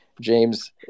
James